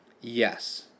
Yes